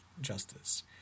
justice